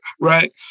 right